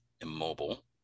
immobile